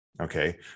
Okay